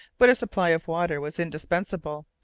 but a supply of water was indispensable,